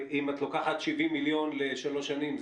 אם את לוקחת 70 מיליון לשלוש שנים,